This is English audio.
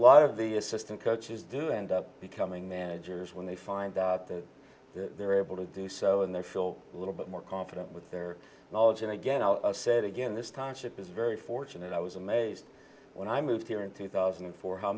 lot of the assistant coaches do end up becoming managers when they find out that they're able to do so and they feel a little bit more confident with their knowledge and again i'll say it again this time chip is very fortunate i was amazed when i moved here in two thousand and four how